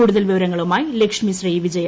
കൂടുതൽ വിവരങ്ങളുമായി ല്ക്ഷ്മി ശ്രീ വിജയ